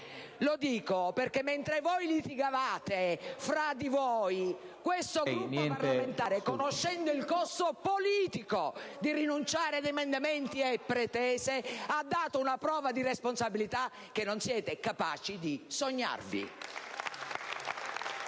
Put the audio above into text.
Lo dico perché mentre voi litigavate fra di voi, questo Gruppo parlamentare, conoscendo il costo politico di rinunciare a emendamenti e pretese, ha dato una prova di responsabilità che non siete capaci di sognarvi.